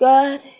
God